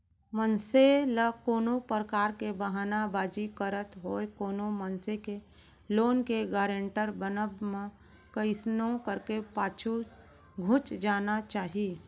मनसे ल कोनो परकार के बहाना बाजी करत होय कोनो मनसे के लोन के गारेंटर बनब म कइसनो करके पाछू घुंच जाना चाही